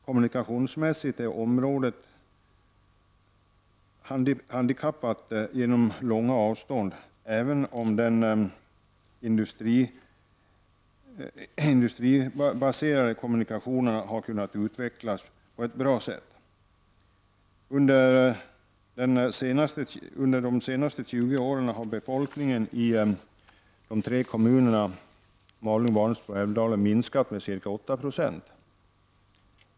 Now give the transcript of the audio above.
Kommunikationsmässigt är området handikappat genom långa avstånd, även om den industribaserade kommunikationsapparaten har kunnat utvecklas på ett bra sätt. Under de senaste 20 åren har befolkningen i de tre kommunerna Malung, Vansbro och Älvdalen minskat med ca 86.